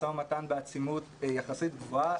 משא-ומתן בעצימות יחסית גבוהה,